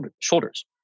shoulders